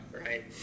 right